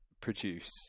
produce